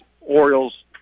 Orioles